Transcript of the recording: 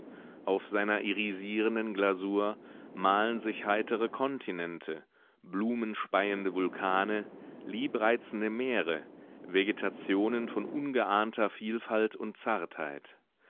auf seiner irisierenden glasur malen sich heitere kontinente blumenspeiende vulkane liebreizende meere vegetationen von ungeahnter vielfalt und zartheit